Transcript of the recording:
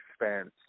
expense